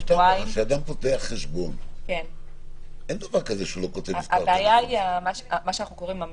כשאדם פותח חשבון, אין דבר כזה שהוא לא כותב מספר